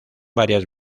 varias